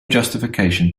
justification